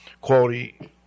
quality